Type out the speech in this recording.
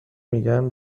میگن